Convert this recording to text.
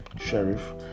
Sheriff